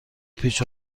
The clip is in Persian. پیچ